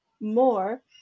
more